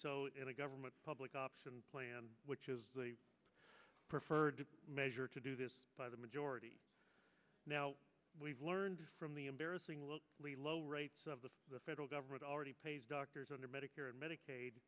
so in a government public option plan which is the preferred measure to do this by the majority now we've learned from the embarrassingly low rates of the federal government already pays doctors under medicare and medicaid